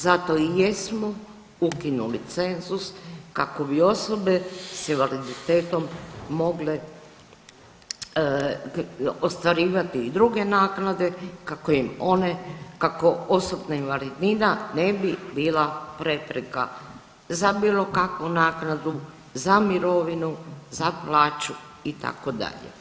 Zato i jesmo ukinuli cenzus kako bi osobe s invaliditetom mogle ostvarivati i druge naknade kako im one, kako osobna invalidnina ne bi bila prepreka za bilo kakvu naknadu, za mirovinu, za plaću itd.